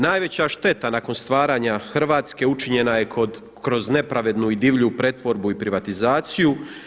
Najveća šteta nakon stvaranja Hrvatske učinjena je kod, kroz nepravednu i divlju pretvorbu i privatizaciju.